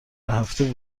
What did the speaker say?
هفته